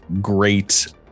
great